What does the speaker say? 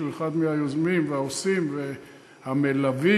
שהוא אחד מהיוזמים והעושים והמלווים.